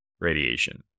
radiation